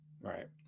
Right